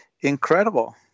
incredible